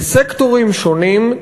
בסקטורים שונים,